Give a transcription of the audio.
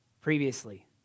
previously